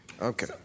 Okay